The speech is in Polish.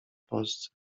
polsce